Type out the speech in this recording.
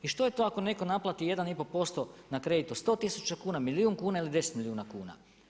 I što je to ako netko naplati 1,5% na kredit od 100 tisuća kuna, milijun kuna ili 10 milijuna kuna.